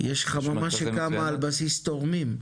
יש חממה שקמה על בסיס תורמים,